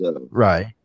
right